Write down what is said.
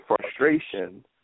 frustration